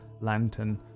lantern